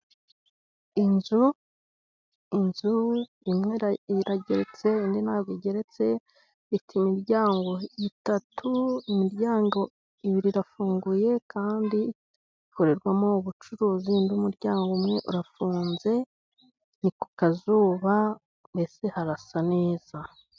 Inzu, inzu imwe irageretse, indi ntabwo igeretse, ifite imiryango itatu, imiryango ibiri irafunguye kandi ikorerwamo ubucuruzi, undi muryango umwe urafunze, ni ku kazuba, mbese harasa neza.